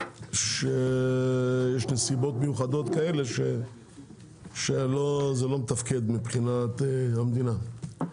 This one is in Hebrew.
כשיש נסיבות מיוחדות כאלה שזה לא מתפקד מבחינת המדינה.